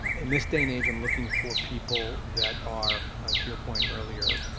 in this day and age, i'm looking for people that are to your point earlier,